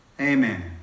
amen